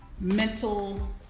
mental